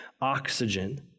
oxygen